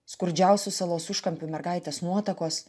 skurdžiausių salos užkampių mergaitės nuotakos